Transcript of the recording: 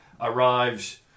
arrives